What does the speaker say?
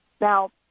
Now